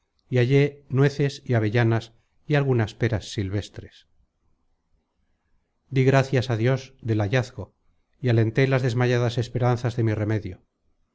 y hallé nueces y avellanas y algunas peras silvestres dí gracias á dios del hallazgo y alenté las desmayadas esperanzas de mi remedio